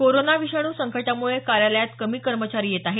corona विषाणू संकटामुळे कार्यालयात कमी कर्मचारी येत आहेत